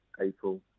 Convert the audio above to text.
april